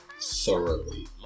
thoroughly